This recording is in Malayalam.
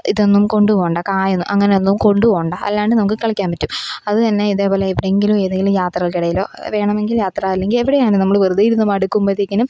ഇതൊന്നും കൊണ്ടു പോകേണ്ട കായൊന്നും അങ്ങനെയൊന്നും കൊണ്ടു പോകേണ്ട അല്ലാണ്ട് നമുക്ക് കളിക്കാന് പറ്റും അതു തന്നെ ഇതേപോലെ എവിടെയെങ്കിലും ഏതെങ്കിലും യാത്രകള്ക്കിടയിലോ വേണമെങ്കില് യാത്ര അല്ലെങ്കില് എവിടെയാന്നെ നമ്മൾ വെറുതേയിരുന്നു മടുക്കുമ്പോഴത്തേക്കിനും